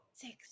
Six